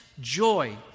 joy